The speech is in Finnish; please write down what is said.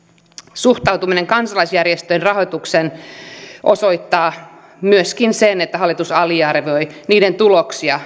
suhtautuminen kansalaisjärjestöjen rahoitukseen osoittaa myöskin sen että hallitus aliarvioi niiden tuloksia